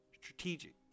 strategic